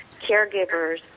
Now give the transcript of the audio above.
caregivers